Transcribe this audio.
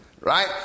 Right